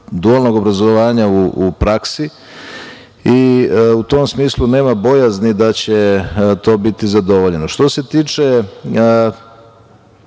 dualnog obrazovanja u praksi. U tom smislu nema bojazni da će to biti zadovoljeno. Što se tiče